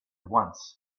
once